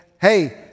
hey